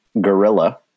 gorilla